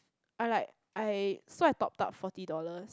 I like I so I topped up forty dollars